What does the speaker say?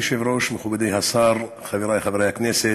מכובדי היושב-ראש, מכובדי השר, חברי חברי הכנסת,